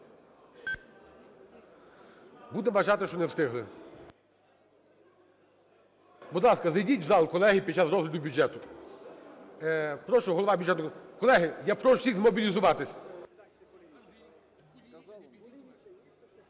Будемо вважати, що не встигли. Будь ласка, зайдіть в зал, колеги, під час розгляду бюджету. Прошу голова бюджетного комітету… колеги, я прошу всіх змобілізуватись.